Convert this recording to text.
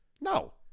No